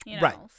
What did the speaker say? Right